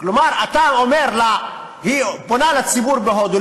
כלומר היא פונה לציבור בהודו,